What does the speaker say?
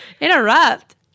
Interrupt